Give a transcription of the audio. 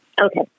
Okay